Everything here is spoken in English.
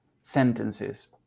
sentences